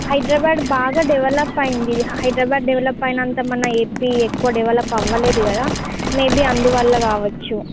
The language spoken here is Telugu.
హైదరాబాద్ బాగా డెవెలప్ అయ్యింది హైదరాబాద్ డెవెలప్ అయినంత మన ఏపీ ఎక్కువ డెవెలప్ అవ్వలేదు కదా మేబీ అందువల్ల కావచ్చు